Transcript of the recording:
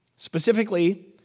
Specifically